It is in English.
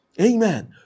Amen